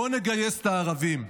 בואו נגייס את הערבים.